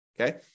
Okay